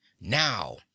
Now